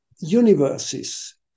universes